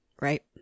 Right